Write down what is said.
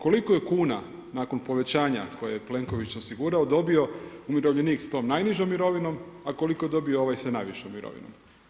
Koliko je kuna nakon povećanja koje je Plenković osigurao dobio umirovljenik s tom najnižom mirovinom, a koliko je dobio ovaj sa najvišom mirovinom.